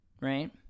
right